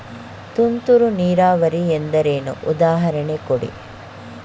ತುಂತುರು ನೀರಾವರಿ ಎಂದರೇನು, ಉದಾಹರಣೆ ಕೊಡಿ?